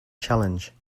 challenge